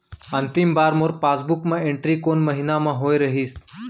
अंतिम बार मोर पासबुक मा एंट्री कोन महीना म होय रहिस?